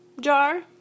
jar